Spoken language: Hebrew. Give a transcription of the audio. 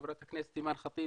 חברת הכנסת אימאן ח'טיב,